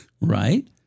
right